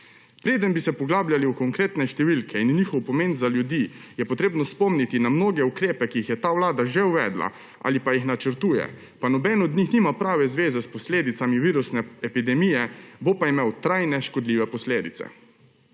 Preden bi se poglabljali v konkretne številke in njihov pomen za ljudi, je potrebno spomniti na mnoge ukrepe, ki jih je ta vlada že uvedla ali pa jih načrtuje, pa nobeden od njih nima prave zveze s posledicami virusne epidemije, bo pa imel trajne škodljive posledice.